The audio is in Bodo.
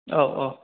औ औ